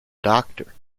doctor